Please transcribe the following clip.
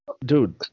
dude